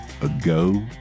ago